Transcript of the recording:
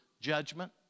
judgment